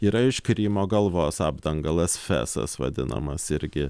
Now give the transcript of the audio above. yra iš krymo galvos apdangalas sfesas vadinamas irgi